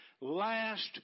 last